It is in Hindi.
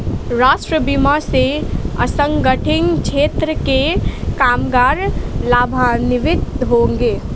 राष्ट्रीय बीमा से असंगठित क्षेत्र के कामगार लाभान्वित होंगे